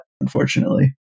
unfortunately